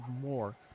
more